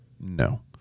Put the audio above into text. No